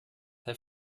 herr